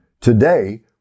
Today